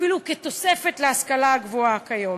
אפילו כתוספת להשכלה הגבוהה כיום,